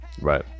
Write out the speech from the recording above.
right